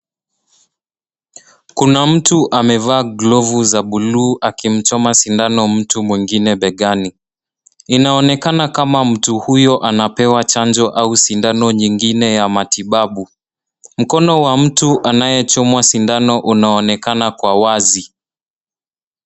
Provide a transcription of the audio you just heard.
Kuna mtu amevaa glovu za buluu akimchoma sindano mtu mwingine begani. Inaonekana kama mtu huyo anapewa chanjo au sindano nyingine ya matibabu. Mkono wa mtu anayechomwa sindano unaonekana kwa wazi.